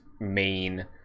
main